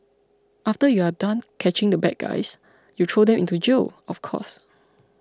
after you are done catching the bad guys you throw them into jail of course